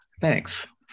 thanks